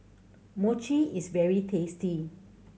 Mochi is very tasty